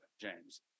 James